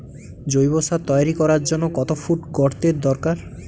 জৈব সার তৈরি করার জন্য কত ফুট গর্তের দরকার?